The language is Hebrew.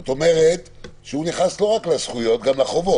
זאת אומרת שהוא נכנס לא רק לזכויות אלא גם לחובות.